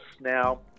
now